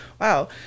wow